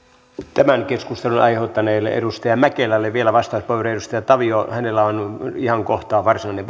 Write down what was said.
tämän keskustelun aiheuttaneelle edustaja mäkelälle vielä vastauspuheenvuoro edustaja taviolla on ihan kohta varsinainen